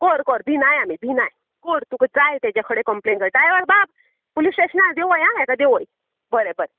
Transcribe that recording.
कोर कोर भिनाय आमी भिनाय कोर तुका जाय तेजे कोडेन कंप्लेन डायव्हर बाब पुलीस स्टेशनार देवोय हेका देवोय बरें बरें